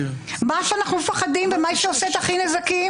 מה שאנחנו פחדים ומה שעושה את הנזקים,